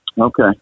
Okay